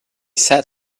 sat